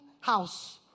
house